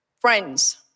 Friends